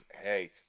hey